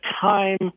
time